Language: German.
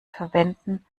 verwenden